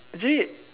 actually